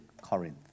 Corinth